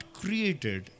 created